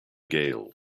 gale